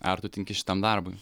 ar tu tinki šitam darbui